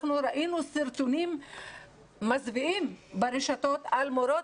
אנחנו ראינו סרטונים מזוויעים ברשתות על מורות